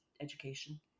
education